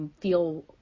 feel